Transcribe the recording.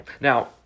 Now